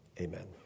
Amen